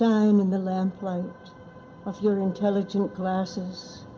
i mean in the lamplight of your intelligent glasses,